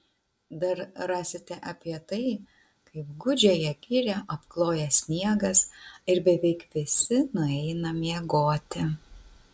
dar rasite apie tai kaip gūdžiąją girią apkloja sniegas ir beveik visi nueina miegoti